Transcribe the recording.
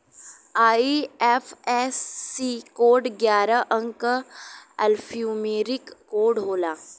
IFSC code ग्यारह अंक क एल्फान्यूमेरिक कोड होला